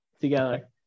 together